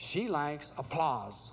she likes applause